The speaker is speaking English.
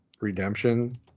redemption